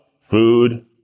food